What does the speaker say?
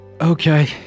Okay